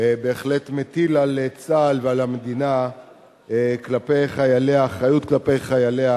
בהחלט מטיל על צה"ל ועל המדינה אחריות כלפי חייליה,